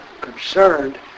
concerned